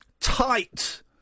tight